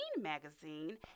magazine